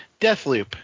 Deathloop